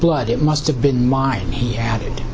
blood it must have been mine he added